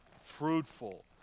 fruitful